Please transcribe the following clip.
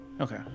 Okay